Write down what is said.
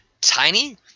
tiny